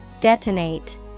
Detonate